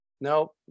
No